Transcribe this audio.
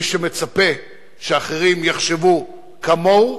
מי שמצפה שאחרים יחשבו כמוהו,